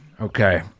Okay